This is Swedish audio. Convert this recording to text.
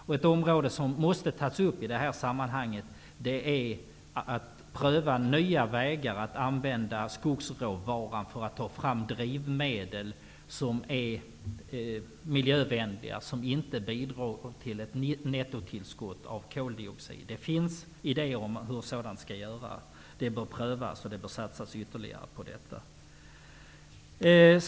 En åtgärd som måste nämnas i detta sammanhang är att pröva nya vägar att använda skogsråvaran för att ta fram drivmedel som är miljövänliga och inte bidrar till ett nettotillskott av koldioxid. Det finns idéer om hur sådant skall göras. De bör prövas, och man bör satsa ytterligare på detta.